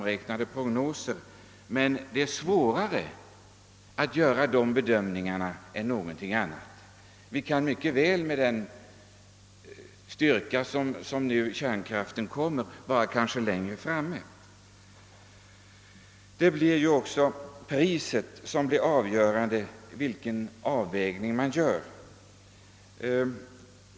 Jag vet att prognoser gjorts, men det är synnerligen svårt att göra dessa bedömningar. Vi kan mycket väl, med tanke på hur snabbt utvecklingen på kärnkraftområdet nu går, vara längre framme vid de angivna tidpunkterna än prognoserna ger vid handen. Priset blir ju avgörande för avvägningen.